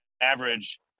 average